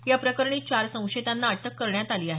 या प्रकरणी चार संशयितांना अटक करण्यात आली आहे